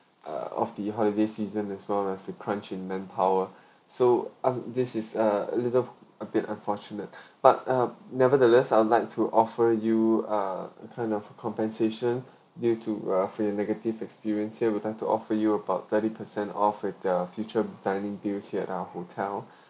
uh of the holiday season as well as the crunch in manpower so ah this is a little a bit unfortunate but uh nevertheless I would like to offer you uh a kind of compensation due to uh your negative experience here we want to offer you about thirty percent off with the future dining booking at our hotel